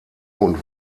und